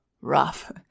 rough